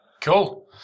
Cool